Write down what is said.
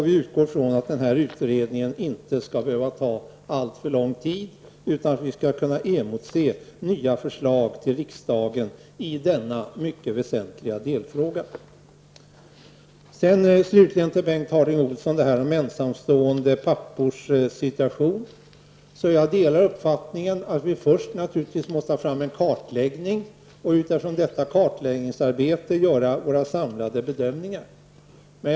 Vi utgår från att utredningen inte skall behöva ta alltför lång tid, utan att vi kan emotse nya förslag till riksdagen i denna mycket väsentliga delfråga. Slutligen till Bengt Harding Olson om de ensamstående pappornas situation. Jag delar uppfattningen att vi först naturligtvis måste få en kartläggning och utifrån denna kartläggning sedan göra den samlade bedömningen.